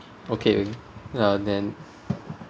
okay uh then